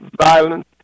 violence